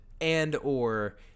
and/or